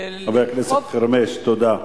חבר הכנסת חרמש, תודה.